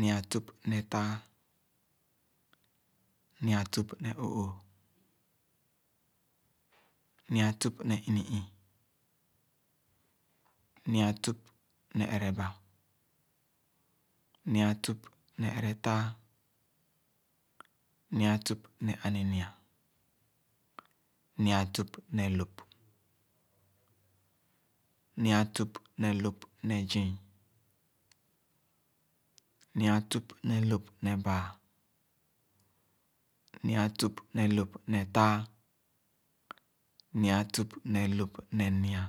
Nyi-a tüp ne tàà, nyi-a tüp ne oõõh, nyi-a tüp ne ini-ii nyi-a tüp ne ereba, nyi-a tüp ne eretàà nyi-a tüp ne aninyia, nyi-a tüp ne lop. Nyi-a tüp ne lop ne zii, nyi-a tüp ne lop ne baa, nyi-a tüp ne lop ne taa, nyi-a tüp ne lop ne nyi-a,